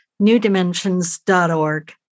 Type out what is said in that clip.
newdimensions.org